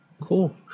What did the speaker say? Cool